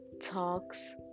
talks